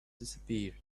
disappeared